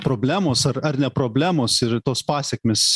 problemos ar ar ne problemos ir tos pasekmės